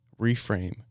reframe